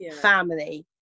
family